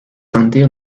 until